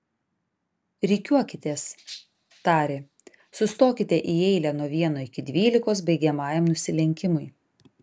rikiuokitės tarė sustokite į eilę nuo vieno iki dvylikos baigiamajam nusilenkimui